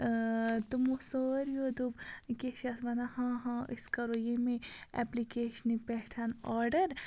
تمو سٲریو دوٚپ کیٛاہ چھِ اَتھ وَنان ہاں ہاں أسۍ کَرو ییٚمہِ اٮ۪پلِکیشنہِ پٮ۪ٹھ آرڈَر